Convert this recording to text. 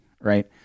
right